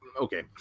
okay